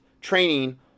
training